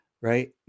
Right